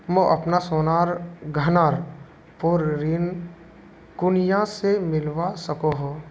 मोक अपना सोनार गहनार पोर ऋण कुनियाँ से मिलवा सको हो?